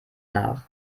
nach